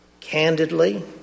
candidly